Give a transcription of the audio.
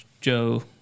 Joe